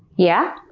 yeah?